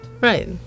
right